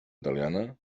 italiana